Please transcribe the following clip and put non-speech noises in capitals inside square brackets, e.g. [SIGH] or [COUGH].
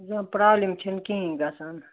[UNINTELLIGIBLE] problem چھَنہٕ کِہیٖنی گَژھان